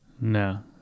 No